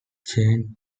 changed